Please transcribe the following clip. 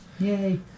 yay